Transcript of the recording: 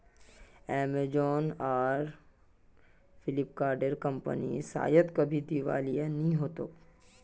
Amazon आर फ्लिपकार्ट जेर कंपनीर शायद कभी दिवालिया नि हो तोक